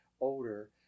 older